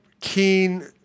keen